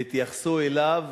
ויתייחסו אליו